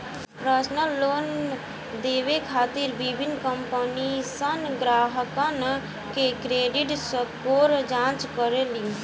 personal loan देवे खातिर विभिन्न कंपनीसन ग्राहकन के क्रेडिट स्कोर जांच करेली